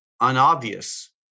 unobvious